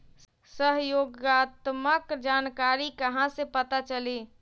सहयोगात्मक जानकारी कहा से पता चली?